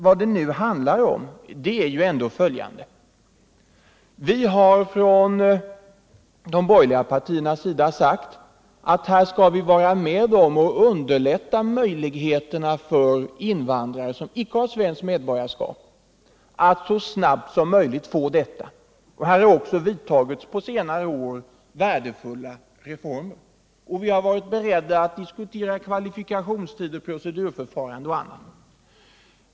Vad det nu handlar om är följande. De borgerliga partierna har sagt att de vill underlätta för invandrare som inte har svenskt medborgarskap att så snart som möjligt få detta. På senare år har också genomförts värdefulla reformer. Vi har varit beredda att diskutera kvalifikationstider, procedurförfarande och annat.